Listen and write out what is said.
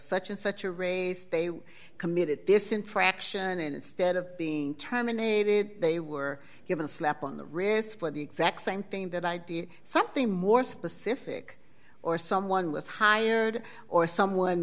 such and such a raise they committed this infraction and instead of being terminated they were given a slap on the wrist for the exact same thing that i did something more specific or someone was hired or someone